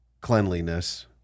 cleanliness